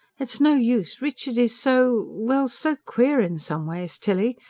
it's no use. richard is so. well, so queer in some ways, tilly.